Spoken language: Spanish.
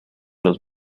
los